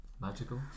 Magical